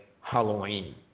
Halloween